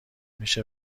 میشه